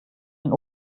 den